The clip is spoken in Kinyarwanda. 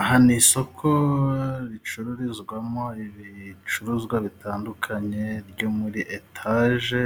Aha ni isoko ricururizwamo ibicuruzwa bitandukanye byo muri etaje,